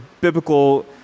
biblical